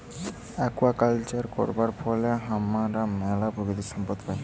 aquaculture করবার ফলে হামরা ম্যালা প্রাকৃতিক সম্পদ পাই